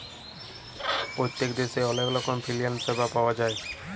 পত্তেক দ্যাশে অলেক রকমের ফিলালসিয়াল স্যাবা পাউয়া যায়